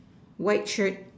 white shirt